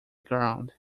ground